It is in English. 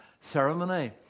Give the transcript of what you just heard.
ceremony